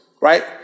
Right